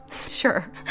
Sure